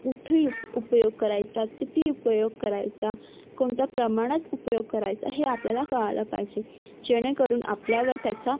कुठ यूप उपयोग करायचा किती उपयोग करायचा कोणत्या प्रमाणात उपयोग करायचा हे आपल्याला कळायला पाहिजे जेणेकरून आपल्यावर त्याचा